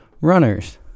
runners